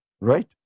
Right